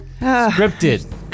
Scripted